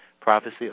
prophecy